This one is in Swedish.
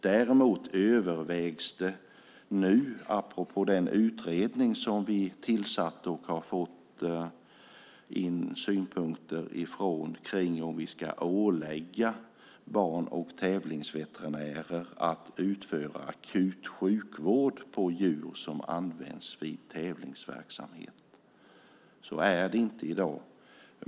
Däremot övervägs det nu, apropå den utredning som vi tillsatt och de synpunkter som vi har fått in från den, om vi ska ålägga ban och tävlingsveterinärer att utföra akutsjukvård på djur som används i tävlingsverksamhet. Så är det inte i dag.